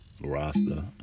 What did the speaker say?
Rasta